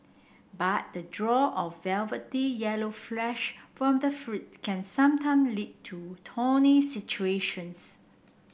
but the draw of velvety yellow flesh from the fruits can sometime lead to situations